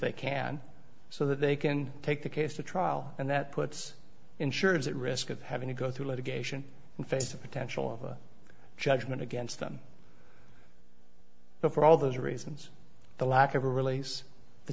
they can so that they can take the case to trial and that puts insurance at risk of having to go through litigation and face a potential of a judgment against them before all those reasons the lack of a release the